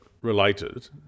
related